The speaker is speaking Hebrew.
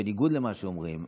בניגוד למה שאומרים,